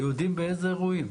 יהודים באיזה אירועים?